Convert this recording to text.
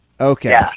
okay